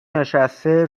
نشسته